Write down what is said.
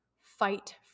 fight